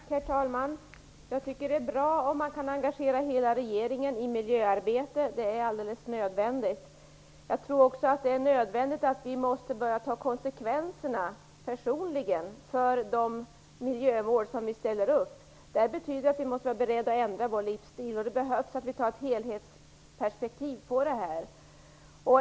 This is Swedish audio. Herr talman! Jag tycker att det är bra om man kan engagera hela regeringen i miljöarbetet. Det är alldeles nödvändigt. Jag tror också att det är nödvändigt att vi personligen måste börja ta konsekvenserna för de miljömål som vi ställer upp. Det betyder att vi måste vara beredda att ändra vår livsstil, och det behövs att vi tar ett helhetsperspektiv på detta.